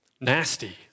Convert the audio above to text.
nasty